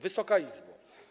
Wysoka Izbo!